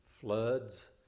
floods